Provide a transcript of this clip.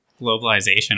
globalization